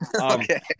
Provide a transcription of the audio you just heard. Okay